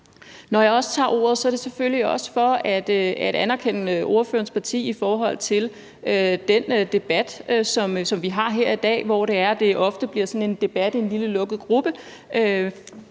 Når jeg tager ordet, er det selvfølgelig også for at anerkende ordførerens parti i forhold til den debat, som vi har her i dag, hvor det ofte bliver sådan en debat i en lille lukket gruppe